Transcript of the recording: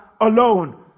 alone